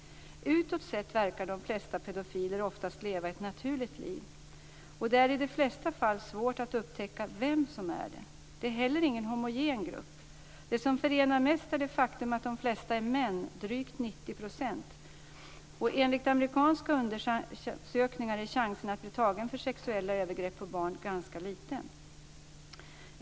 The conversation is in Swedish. Utåt sett verkar de flesta pedofiler oftast leva ett naturligt liv. Det är i de flesta fall svårt att upptäcka vem som är det. Det är heller ingen homogen grupp. Det som förenar mest är det faktum att de flesta är män, drygt 90 %. Enligt amerikanska undersökningar är chansen att bli tagen för sexuella övergrepp på barn ganska liten.